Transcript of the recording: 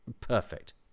Perfect